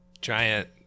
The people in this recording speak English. giant